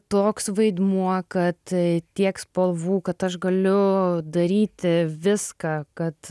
toks vaidmuo kad tiek spalvų kad aš galiu daryti viską kad